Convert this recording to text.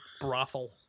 brothel